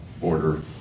order